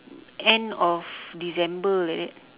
end of december like that